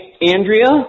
Andrea